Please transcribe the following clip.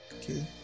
Okay